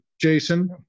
Jason